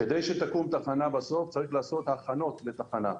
כדי שתקום תחנה בסוף, צריך לעשות הכנות לתחנה.